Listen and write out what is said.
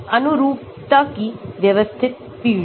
अनुरूपता की व्यवस्थित पीढ़ी